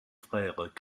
frère